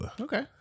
Okay